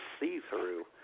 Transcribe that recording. see-through